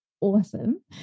awesome